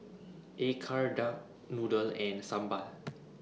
Acar Duck Noodle and Sambal